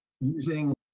Using